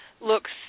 looks